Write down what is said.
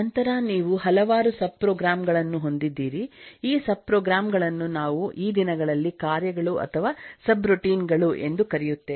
ನಂತರ ನೀವು ಹಲವಾರು ಸಬ್ಪ್ರೋಗ್ರಾಮ್ ಗಳನ್ನು ಹೊಂದಿದ್ದೀರಿ ಈ ಸಬ್ಪ್ರೋಗ್ರಾಮ್ ಗಳನ್ನು ನಾವು ಈ ದಿನಗಳಲ್ಲಿ ಕಾರ್ಯಗಳು ಅಥವಾ ಸಬ್ರೊಟೀನ್ ಗಳು ಎಂದು ಕರೆಯುತ್ತೇವೆ